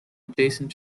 adjacent